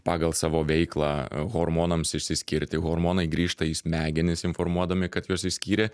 pagal savo veiklą hormonams išsiskirti hormonai grįžta į smegenis informuodami kad juos išskyrė